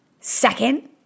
Second